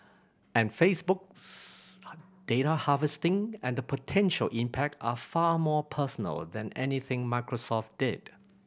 and Facebook's data harvesting and the potential impact are far more personal than anything Microsoft did